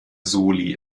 soli